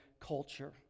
culture